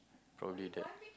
probably that